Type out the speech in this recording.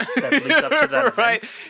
Right